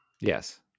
Yes